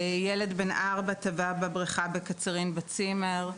ילד בן 4 טבע בבריכה בצימר בקצרין,